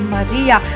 Maria